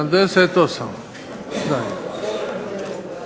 Hvala vam